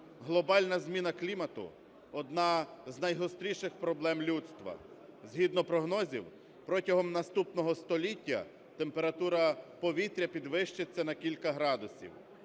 Глобальна зміна клімату – одна з найгостріших проблем людства. Згідно прогнозів протягом наступного століття температура повітря підвищиться на кілька градусів,